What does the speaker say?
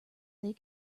they